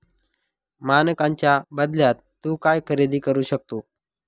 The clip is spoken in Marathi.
मानकांच्या बदल्यात तू काय खरेदी करू शकतो?